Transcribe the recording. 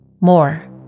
More